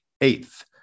eighth